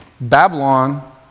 Babylon